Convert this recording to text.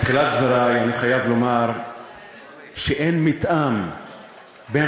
בתחילת דברי אני חייב לומר שאין מתאם בין